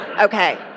okay